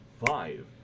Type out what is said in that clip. Five